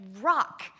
rock